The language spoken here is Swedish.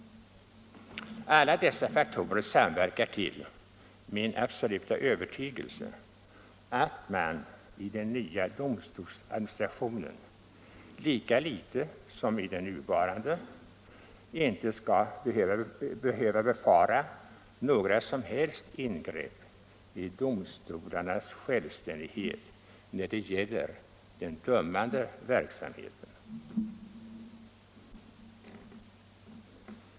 Alla dessa faktorer samverkar till min absoluta övertygelse att man inte i den nya domstolsadministrationen, lika litet som i den nuvarande, skall behöva befara några som helst ingrepp i domstolarnas självständighet när det gäller den dömande verksamheten.